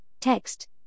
text